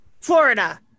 Florida